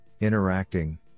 interacting